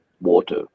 water